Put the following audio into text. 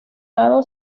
lado